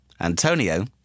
Antonio